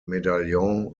medallion